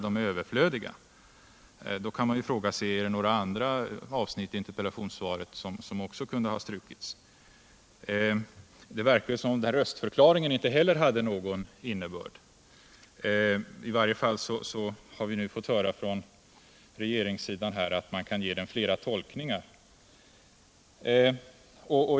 Då kan man fråga sig om det finns några andra avsnitt i interpellationssvaret som också kunde ha strukits. Det verkar som om inte heller den där röstförklaringen hade någon innebörd. I varje fall har vi nu fått höra från regeringssidan att man kan ge den flera tolkningar.